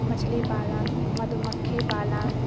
मछलीपालन मधुमक्खीपालन